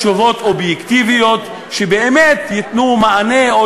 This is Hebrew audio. תשובות אובייקטיביות שבאמת ייתנו מענה או